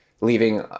leaving